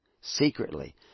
secretly